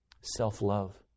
Self-love